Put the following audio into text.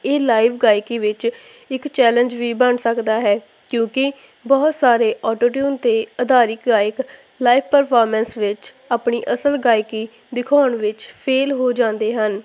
ਇਹ ਲਾਈਵ ਗਾਇਕੀ ਵਿੱਚ ਇੱਕ ਚੈਲਜ ਵੀ ਬਣ ਸਕਦਾ ਹੈ ਕਿਉਂਕਿ ਬਹੁਤ ਸਾਰੇ ਓਟੋ ਟਿਊਨ 'ਤੇ ਆਧਾਰਿਕ ਲਾਈਕ ਲਾਈਵ ਪਰਫੋਰਮੈਂਸ ਵਿੱਚ ਆਪਣੀ ਅਸਲ ਗਾਇਕੀ ਦਿਖਾਉਣ ਵਿੱਚ ਫੇਲ ਹੋ ਜਾਂਦੇ ਹਨ